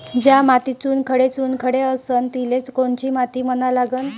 ज्या मातीत चुनखडे चुनखडे असन तिले कोनची माती म्हना लागन?